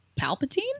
Palpatine